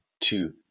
Two